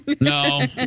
No